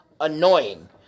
annoying